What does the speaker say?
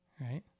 Right